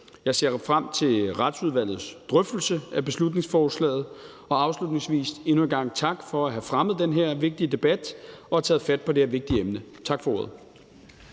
Jeg ser frem til Retsudvalget drøftelse af beslutningsforslaget, og afslutningsvis vil jeg endnu en gang sige tak for at have fremmet den her vigtige debat og tage fat på det her vigtige emne. Tak for ordet.